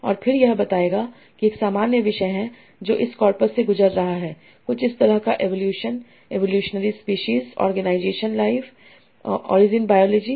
और फिर यह बताएगा कि एक सामान्य विषय है जो इस कॉर्पस से गुजर रहा है कुछ इस तरह का evolution evolutionary species organisation life origin biology